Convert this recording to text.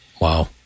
Wow